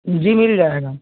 जी मिल जाएगा